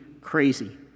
crazy